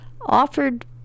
offered